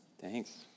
Thanks